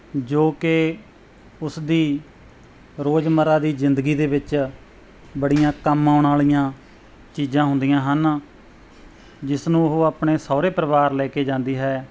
ਜੋ ਕਿ ਉਸਦੀ ਰੋਜ਼ਮਰਾ ਦੀ ਜ਼ਿੰਦਗੀ ਦੇ ਵਿੱਚ ਬੜੀਆਂ ਕੰਮ ਆਉਣ ਵਾਲੀਆਂ ਚੀਜ਼ਾਂ ਹੁੰਦੀਆਂ ਹਨ ਜਿਸ ਨੂੰ ਉਹ ਆਪਣੇ ਸਹੁਰੇ ਪਰਿਵਾਰ ਲੈ ਕੇ ਜਾਂਦੀ ਹੈ